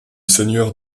seigneur